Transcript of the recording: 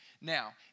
Now